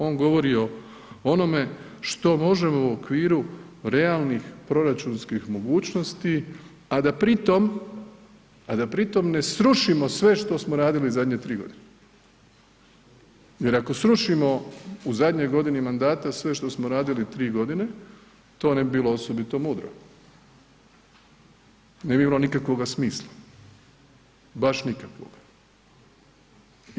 On govori o onome što možemo u okviru realnih proračunskih mogućnosti, a da pri tom ne srušimo sve što smo radili zadnje tri godine jer ako srušimo u zadnjoj godini mandata sve što smo radili tri godine, to ne bi bilo osobito mudro, ne bi imalo nikakvog smisla, baš nikakvog.